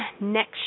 Next